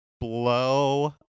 blow